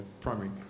primary